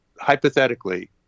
hypothetically